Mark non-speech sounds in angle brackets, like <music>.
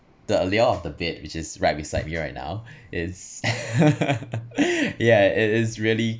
the allure <noise> of the bed which is right beside me <noise> right now is <laughs> yeah it is really